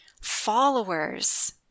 Followers